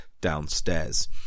downstairs